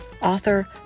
Author